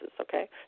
okay